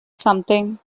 something